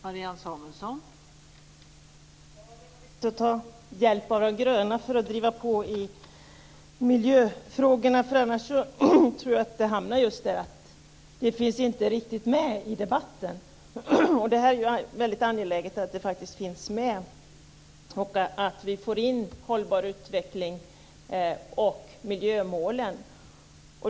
Fru talman! Det är viktigt att ta hjälp av de gröna för att driva på i miljöfrågorna, för annars tror jag att vi hamnar i en situation där det inte riktigt finns med i debatten. Det är ju väldigt angeläget att det faktiskt finns med och att vi får in hållbar utveckling och miljömål.